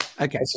Okay